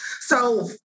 So-